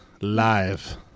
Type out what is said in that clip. live